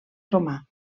romà